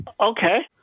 Okay